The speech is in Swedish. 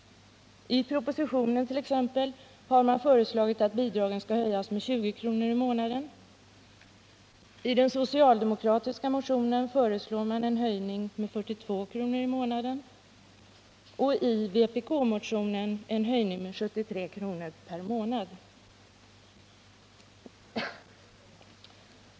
I propositionen har föreslagits att bidragen skall höjas med 20 kr. per månad. I en socialdemokratisk motion föreslås höjningen bli 42 kr. per månad och i vpk-motionen föreslås en höjning med 73 kr. per månad.